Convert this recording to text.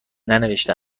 ننوشته